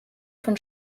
von